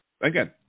Again